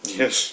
yes